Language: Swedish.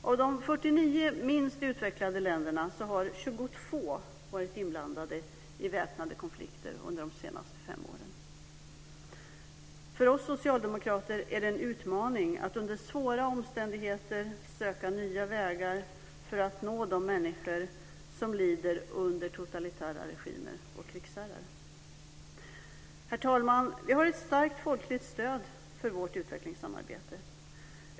Av de 49 minst utvecklade länderna har 22 varit inblandade i väpnade konflikter under de senaste fem åren. För oss socialdemokrater är det en utmaning att under svåra omständigheter söka nya vägar för att nå de människor som lider under totalitära regimer och krigsherrar. Herr talman! Vi har ett starkt folkligt stöd för vårt utvecklingssamarbete.